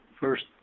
first